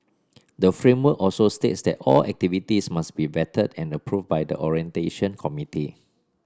the framework also states that all activities must be vetted and approved by the orientation committee